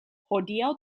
hodiaŭ